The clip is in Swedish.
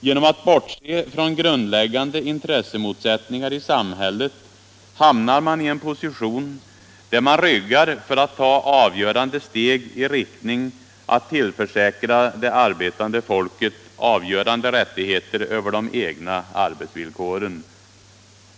Genom att bortse från grundläggande intressemotsättningar i samhället hamnar man i en position där man ryggar för att ta avgörande steg i riktning att tillförsäkra det arbetande folket avgörande rättigheter över de egna arbetsvillkoren.